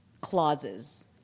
clauses